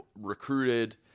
recruited